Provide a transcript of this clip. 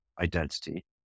identity